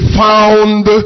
found